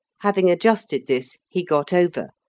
having adjusted this, he got over,